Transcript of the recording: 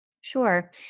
Sure